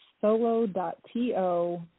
solo.to